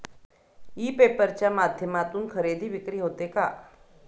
E paper च्या माध्यमातून खरेदी विक्री होते का?